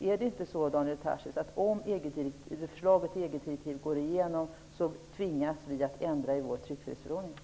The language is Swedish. Är det inte så, Daniel Tarschys, att vi kommer att tvingas att ändra vår tryckfrihetsförordning om förslaget i EG-direktivet går igenom?